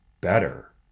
better